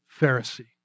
Pharisee